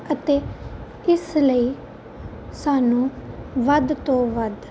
ਅਤੇ ਇਸ ਲਈ ਸਾਨੂੰ ਵੱਧ ਤੋਂ ਵੱਧ